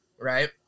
right